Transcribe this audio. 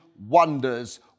wonders